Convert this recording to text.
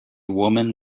woman